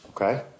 okay